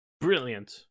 brilliant